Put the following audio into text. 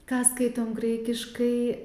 ką skaitom graikiškai